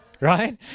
right